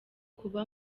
kuba